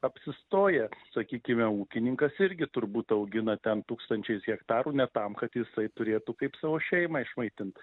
apsistoja sakykime ūkininkas irgi turbūt augina ten tūkstančiais hektarų ne tam kad jisai turėtų kaip savo šeimą išmaitint